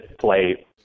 play